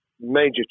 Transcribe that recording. major